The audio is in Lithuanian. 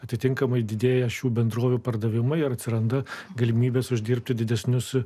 atitinkamai didėja šių bendrovių pardavimai atsiranda galimybės uždirbti didesnius